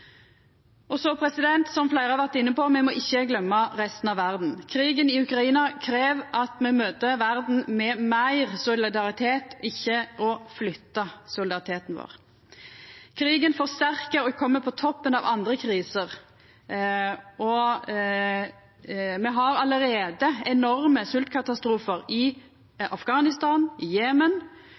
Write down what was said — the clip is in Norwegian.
Som fleire har vore inne på, må me ikkje gløyma resten av verda. Krigen i Ukraina krev at me møter verda med meir solidaritet, ikkje at me flyttar solidariteten vår. Krigen forsterkar og kjem på toppen av andre kriser. Me har allereie enorme svoltkatastrofar i